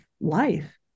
life